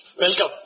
welcome